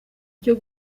cyo